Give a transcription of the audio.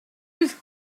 was